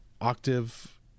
octave